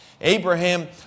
Abraham